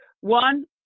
One